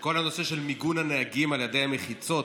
שכל נושא מיגון הנהגים על ידי המחיצות,